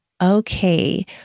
Okay